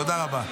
תודה רבה.